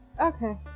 Okay